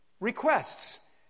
requests